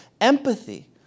empathy